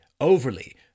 overly